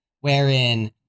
wherein